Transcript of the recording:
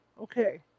Okay